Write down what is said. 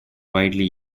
widely